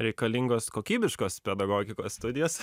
reikalingos kokybiškos pedagogikos studijos